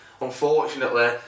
unfortunately